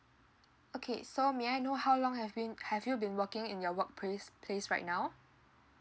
okay so may I know how long have been have you been working in your workplace place right now